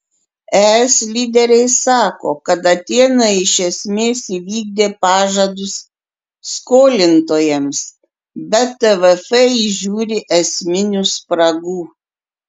es lyderiai sako kad atėnai iš esmės įvykdė pažadus skolintojams bet tvf įžiūri esminių spragų